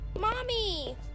Mommy